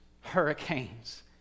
hurricanes